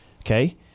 okay